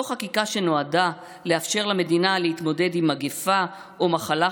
לא חקיקה שנועדה לאפשר למדינה להתמודד עם מגפה או מחלה,